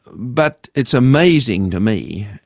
but it's amazing to me,